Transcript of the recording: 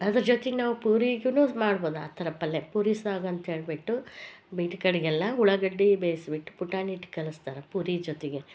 ಅದ್ರ ಜೊತೆಗೆ ನಾವು ಪೂರಿಗುನೂ ಮಾಡ್ಬೋದು ಆ ಥರ ಪಲ್ಲೆ ಪೂರಿ ಸಾಗು ಅಂತ ಹೇಳ್ಬಿಟ್ಟು ಗೆಲ್ಲ ಉಳ್ಳಾಗಡ್ಡೆ ಬೇಯ್ಸಿಬಿಟ್ಟು ಪುಟಾಣಿ ಹಿಟ್ಟು ಕಲಸ್ತಾರೆ ಪೂರಿ ಜೊತೆಗೆ